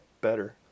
better